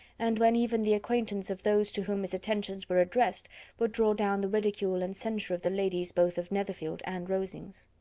and when even the acquaintance of those to whom his attentions were addressed would draw down the ridicule and censure of the ladies both of netherfield and rosings.